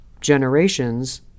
generations